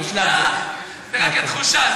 זה רק התחושה.